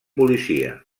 policia